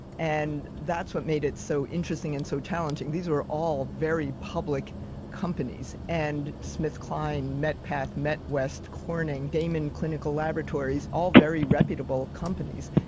and that's what made it so interesting and so challenging these were all very public companies and smithkline, metpath, west corning, damon clinical laboratories all very reputable companies.